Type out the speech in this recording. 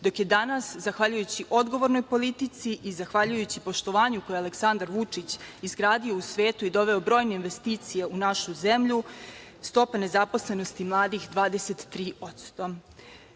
dok je danas zahvaljujući odgovornoj politici i zahvaljujući poštovanju koje Aleksandar Vučić izgradio u svetu i doveo brojne investicije u našu zemlju, stopa nezaposlenosti mladih je